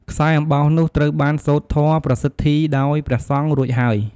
ខ្សែអំបោះនោះត្រូវបានសូត្រធម៌ ប្រសិទ្ធីដោយព្រះសង្ឃរួចហើយ។